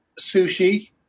sushi